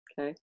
Okay